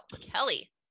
kelly